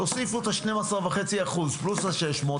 תוסיפו את ה-12.5% פלוס ה-600,